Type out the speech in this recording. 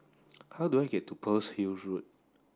how do I get to Pearl's Hill Road